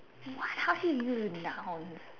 what how do you use a noun